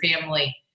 family